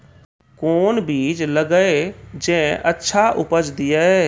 कोंन बीज लगैय जे अच्छा उपज दिये?